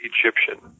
Egyptian